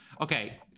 Okay